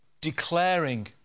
declaring